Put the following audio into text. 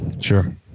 Sure